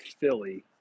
Philly –